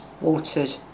watered